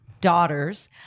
daughters